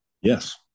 Yes